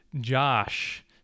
Josh